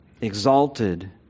exalted